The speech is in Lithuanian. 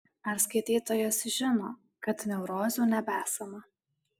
ar skaitytojas žino kad neurozių nebesama